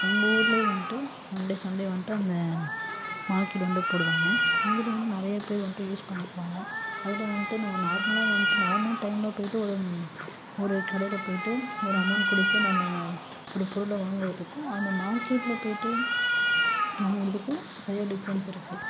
எங்கள் ஊர்லேயும் வந்துட்டு சண்டே சண்டே வந்துட்டு அந்த மார்க்கெட் வந்து போடுவாங்க அதில் வந்து நிறையா பேர் வந்துட்டு யூஸ் பண்ணிக்குவாங்க அதில் வந்துட்டு நம்ம நார்மலாக வந்துட்டு நார்மல் டைமில் போய்ட்டு ஒரு ஒரு கடையில் போயிட்டு ஒரு அமௌண்ட் கொடுத்து நம்ம ஒரு பொருள வாங்குகிறதுக்கும் அந்த மார்க்கெட்டில் போயிட்டு வாங்குகிறதுக்கும் நிறையா டிஃபரென்ஸ் இருக்குது